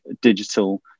digital